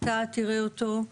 טל יראה אותו.